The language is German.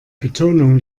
betonung